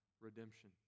redemption